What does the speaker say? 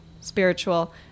spiritual